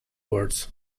words